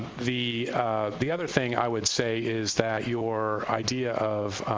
the the other thing i would say is that your idea of